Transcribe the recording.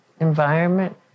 environment